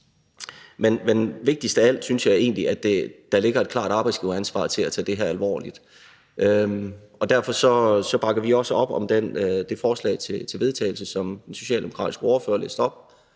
det vigtigste af alt synes jeg egentlig er, at der ligger et klart arbejdsgiveransvar i forhold til at tage det her alvorligt. Derfor bakker vi også op om det forslag til vedtagelse, som den socialdemokratiske ordfører læste op.